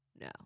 no